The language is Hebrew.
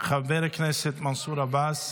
חבר הכנסת מנסור עבאס,